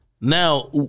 Now